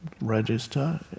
register